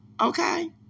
Okay